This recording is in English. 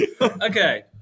Okay